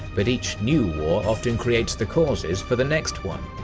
but each new war often creates the causes for the next one.